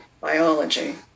biology